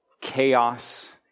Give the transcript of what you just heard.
chaos